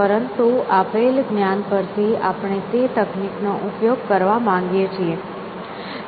પરંતુ આપેલ જ્ઞાન પરથી આપણે તે તકનીકનો ઉપયોગ કરવા માંગીએ છીએ